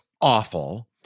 awful